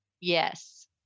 yes